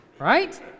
Right